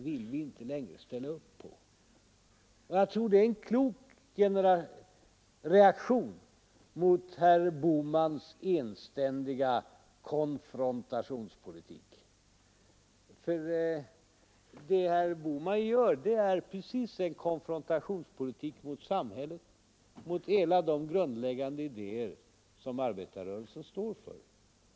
Jag tror att det är en klok reaktion på herr Bohmans enständiga konfrontationspolitik. Han driver en konfrontationspolitik mot samhället, mot de grundläggande idéer som arbetarrörelsen står för.